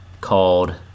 called